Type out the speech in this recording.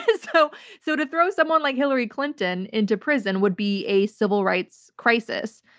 ah so so to throw someone like hillary clinton into prison would be a civil rights crisis,